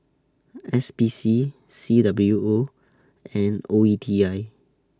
S P C C W O and O E T I